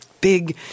big